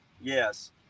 yes